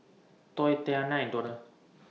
Toy Tatyanna and Donnell